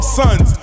sons